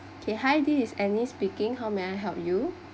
okay hi this is anny speaking how may I help you